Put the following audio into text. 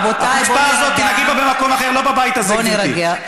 רבותיי, בואו נירגע.